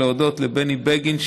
להודות לבני בגין,